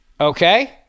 Okay